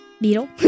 Beetle